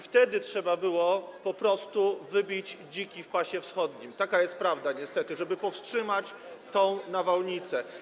Wtedy trzeba było po prostu wybić dziki w pasie wschodnim - taka jest prawda niestety - żeby powstrzymać tę nawałnicę.